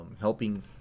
Helping